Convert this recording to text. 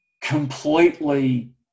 completely